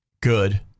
good